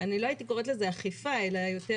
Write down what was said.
אני לא הייתי קוראת לזה אכיפה אלא יותר